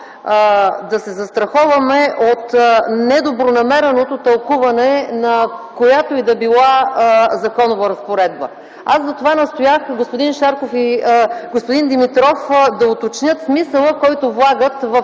да се застраховаме от недобронамереното тълкуване на която и да била законова разпоредба. Затова настоях господин Шарков и господин Димитров да уточнят смисъла, който влагат в